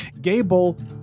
Gable